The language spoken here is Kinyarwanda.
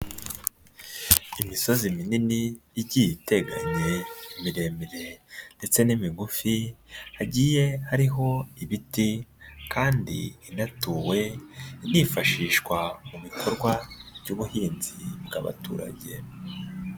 lmisozi minini igiye iteganye, miremire ndetse n'imigufi, hagiye hariho ibiti kandi inatuwe, inifashishwa mu bikorwa by'ubuhinzi bw'abaturage.